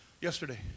yesterday